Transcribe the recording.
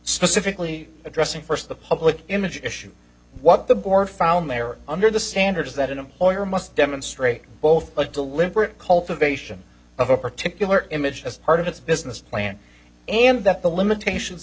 specifically addressing first the public image issue what the board found there under the standards that an employer must demonstrate both but deliberate cultivation of a particular image as part of its business plan and that the limitations